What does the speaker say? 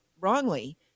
wrongly